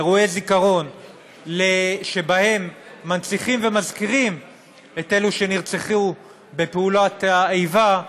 אירועי זיכרון שבהם מנציחים ומזכירים את אלה שנרצחו בפעולת האיבה,